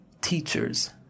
teachers